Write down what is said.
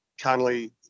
Conley